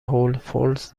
هولفودز